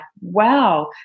wow